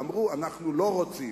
ואמרו: אנחנו לא רוצים,